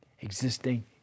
Existing